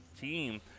team